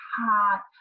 hot